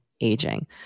aging